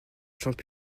chambre